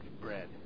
bread